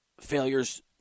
failures